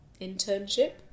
internship